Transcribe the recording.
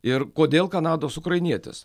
ir kodėl kanados ukrainietis